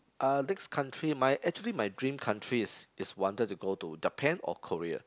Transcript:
uh next country my actually my dream country is is wanted to go to Japan or Korea